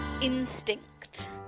instinct